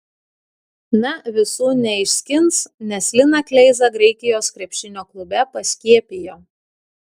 na visų neišskins nes liną kleizą graikijos krepšinio klube paskiepijo